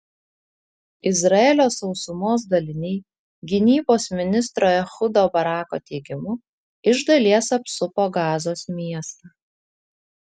izraelio sausumos daliniai gynybos ministro ehudo barako teigimu iš dalies apsupo gazos miestą